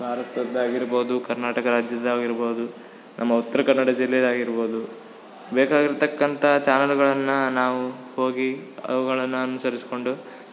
ಭಾರತದ್ದಾಗಿರ್ಬೌದು ಕರ್ನಾಟಕ ರಾಜ್ಯದ್ದಾಗಿರ್ಬೌದು ನಮ್ಮ ಉತ್ತರ ಕನ್ನಡ ಜಿಲ್ಲೆನೆ ಆಗಿರ್ಬೌದು ಬೇಕಾಗಿರ್ತಕ್ಕಂಥ ಚಾನೆಲ್ಗಳನ್ನ ನಾವು ಹೋಗಿ ಅವ್ಗಳನ್ನ ಅನ್ಸರಿಸ್ಕೊಂಡು